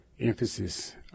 emphasis